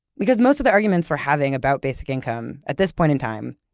because most of the arguments we're having about basic income, at this point in time,